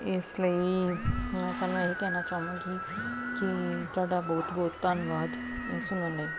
ਇਸ ਲਈ ਮੈਂ ਤੁਹਾਨੂੰ ਇਹ ਕਹਿਣਾ ਚਾਹੂੰਗੀ ਕਿ ਤੁਹਾਡਾ ਬਹੁਤ ਬਹੁਤ ਧੰਨਵਾਦ ਸੁਣਨ ਲਈ